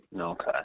Okay